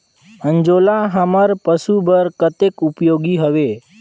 अंजोला हमर पशु बर कतेक उपयोगी हवे?